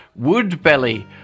Woodbelly